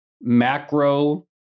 macro